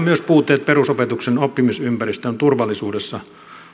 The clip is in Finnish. myös puutteet perusopetuksen oppimisympäristön turvallisuudessa